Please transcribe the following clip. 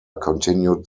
continued